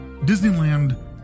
Disneyland